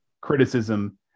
criticism